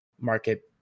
market